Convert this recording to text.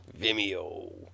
Vimeo